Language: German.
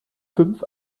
fünf